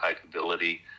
capability